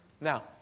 Now